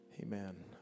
Amen